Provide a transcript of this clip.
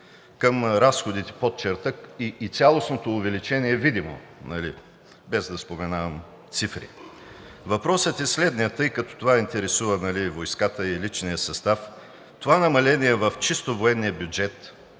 към разходите под черта и цялостното увеличение е видимо, без да споменавам цифри. Въпросът е, че тъй като това интересува войската и личния състав, то това намаление е в чисто военния бюджет,